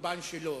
הקורבן שלו,